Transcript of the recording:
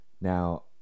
Now